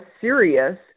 serious